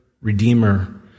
Redeemer